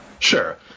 Sure